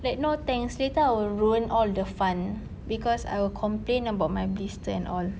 like no thanks later will ruin all the fun because I will complain about my blister and all